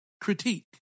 critique